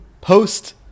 post